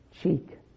cheek